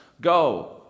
go